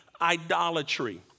idolatry